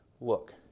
look